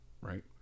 Right